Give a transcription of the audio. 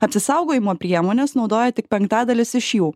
apsisaugojimo priemones naudoja tik penktadalis iš jų